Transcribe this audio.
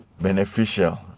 beneficial